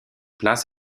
places